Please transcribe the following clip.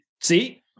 see